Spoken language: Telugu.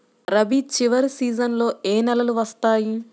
రబీ చివరి సీజన్లో ఏ నెలలు వస్తాయి?